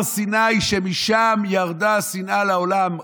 הר סיני, משם ירדה השנאה לעולם.